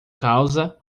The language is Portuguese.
causa